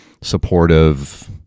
supportive